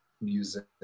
music